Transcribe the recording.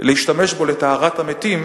להשתמש בו לטהרת המתים,